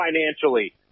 financially